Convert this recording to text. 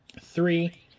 three